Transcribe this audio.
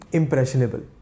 impressionable